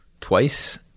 twice